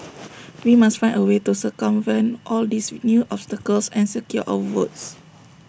we must find A way to circumvent all these with new obstacles and secure our votes